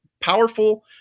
powerful